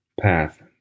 path